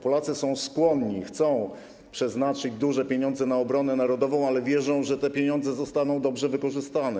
Polacy są do tego skłonni, chcą przeznaczyć duże pieniądze na obronę narodową, ale wierzą, że te pieniądze zostaną dobrze wykorzystane.